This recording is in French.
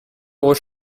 euros